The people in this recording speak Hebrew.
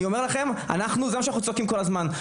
אני אומר לכם אנחנו זה מה שאנחנו צועקים כל הזמן,